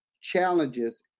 challenges